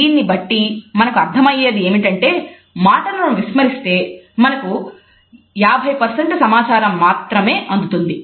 దీన్నిబట్టి మనకు అర్థం అయ్యేది ఏమిటంటే మాటలను విస్మరిస్తే మనకు 50 సమాచారం మాత్రమే అందుతుంది